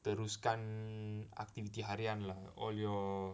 terukan aktiviti harian lah or your